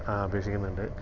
അപേക്ഷിക്കുന്നുണ്ട്